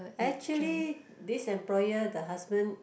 actually this employer the husband